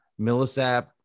Millisap